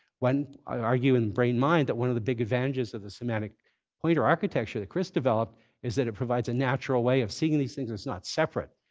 i argue in brain-mind that one of the big advantages of the semantic pointer architecture that chris developed is that it provides a natural way of seeing these things as not separate,